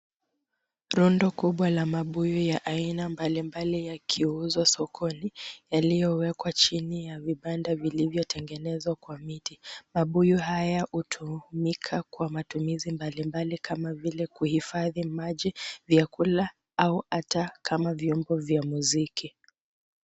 Rundo kubwa la mabuyu ya aina mbalimbali yakiuzwa sokoni, yaliyowekwa chini ya vibanda vilivyotengenezwa kwa miti. Mabuyu haya hutumika kwa matumizi mbalimbali kama vile kuhifadhi maji, vyakula au hata kama vyombo vya muziki.